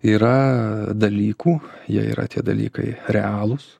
yra dalykų jie yra tie dalykai realūs